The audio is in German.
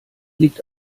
liegt